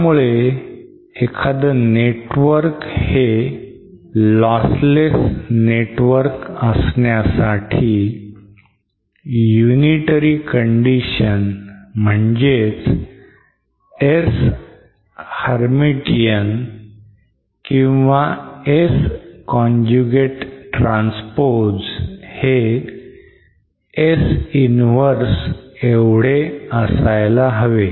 त्यामुळे एखाद network हे lossless network असण्यासाठी unitary condition म्हणजेच S hermatian or S conjugate transpose हे S inverse एवढं असायला हवं